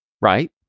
right